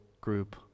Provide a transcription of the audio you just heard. group